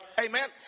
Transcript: Amen